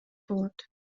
болот